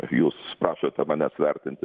jūs prašote manęs vertinti